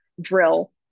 drill